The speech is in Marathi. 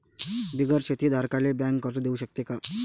बिगर शेती धारकाले बँक कर्ज देऊ शकते का?